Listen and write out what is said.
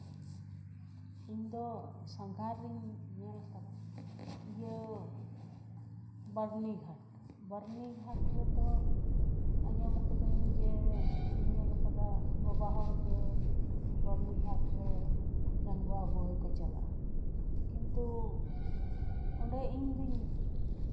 ᱤᱧ ᱫᱚ ᱥᱟᱸᱜᱷᱟᱨ ᱤᱧ ᱧᱮᱞ ᱠᱟᱫᱟ ᱤᱭᱟᱹ ᱵᱟᱹᱨᱱᱤ ᱜᱷᱟᱴ ᱵᱟᱹᱨᱱᱤ ᱜᱷᱟᱴ ᱨᱮᱫᱚ ᱟᱸᱡᱚᱢ ᱠᱟᱹᱫᱟᱹᱧ ᱡᱮ ᱤᱧ ᱧᱮᱞ ᱠᱟᱫᱟ ᱵᱟᱵᱟ ᱦᱚᱲ ᱜᱮ ᱵᱟᱹᱨᱱᱤ ᱜᱷᱟᱴᱨᱮ ᱡᱟᱝ ᱵᱟᱦᱟ ᱵᱳᱦᱮᱞ ᱠᱚ ᱪᱟᱞᱟᱜᱼᱟ ᱠᱤᱱᱛᱩ ᱚᱸᱰᱮ ᱤᱧ ᱫᱚᱹᱧ